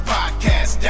Podcast